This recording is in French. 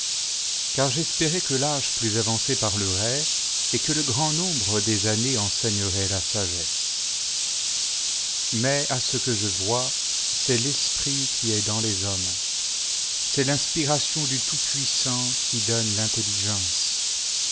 car j'espérais que l'âge plus avancé parlerait et que le grand nombre des années enseignerait la sagesse mais à ce que je vois c'est l'esprit qui est dans les hommes c'est l'inspiration du tout-puissant qui donne l'intelligence